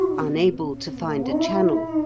unable to find a channel,